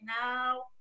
now